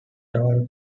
tall